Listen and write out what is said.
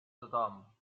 tothom